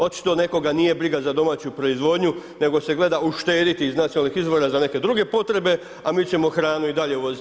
Očito nekoga nije briga za domaću proizvodnju nego se gleda uštediti iz nacionalnih izvora za neke druge potrebe, a mi ćemo hranu i dalje uvoziti.